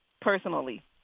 personally